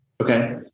Okay